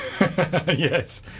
Yes